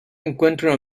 encuentra